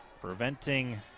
preventing